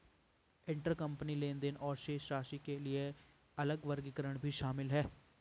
intercompany लेनदेन और शेष राशि के लिए अलग वर्गीकरण भी शामिल हैं